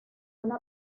una